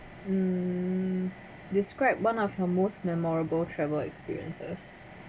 mm describe one of her most memorable travel experiences